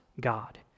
God